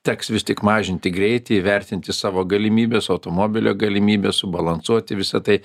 teks vis tik mažinti greitį įvertinti savo galimybes automobilio galimybes subalansuoti visa tai